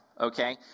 Okay